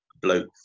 bloke